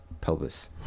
pelvis